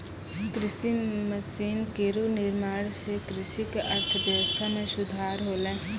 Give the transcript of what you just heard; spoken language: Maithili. कृषि मसीन केरो निर्माण सें कृषि क अर्थव्यवस्था म सुधार होलै